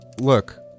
look